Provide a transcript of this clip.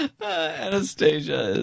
anastasia